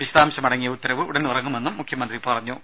വിശദാംശം അടങ്ങിയ ഉത്തരവ് ഉടൻ ഇറങ്ങുമെന്നും മുഖ്യമന്ത്രി പറഞ്ഞു